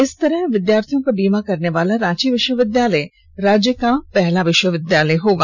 इस तरह विद्यार्थियों का बीमा करने वाला रांची विश्वविद्यालय राज्य का पहला विश्वविद्यालय होगा